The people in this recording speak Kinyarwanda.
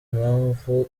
mpamvu